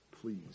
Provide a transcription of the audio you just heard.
please